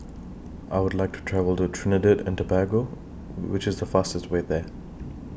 I Would like to travel to Trinidad and Tobago Which IS The fastest Way There